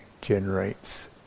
generates